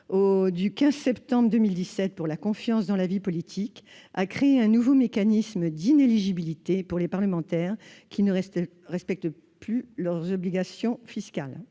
du 15 septembre 2017 pour la confiance dans la vie politique a créé un nouveau mécanisme d'inéligibilité pour les parlementaires qui ne respectent pas leurs obligations fiscales.